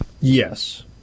Yes